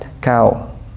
cow